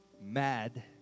mad